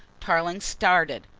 tarling started.